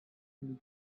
need